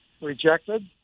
rejected